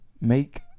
make